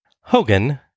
Hogan